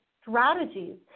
strategies